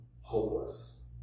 hopeless